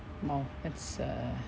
!wow! that's err